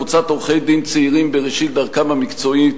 קבוצת עורכי-דין צעירים בראשית דרכם המקצועית,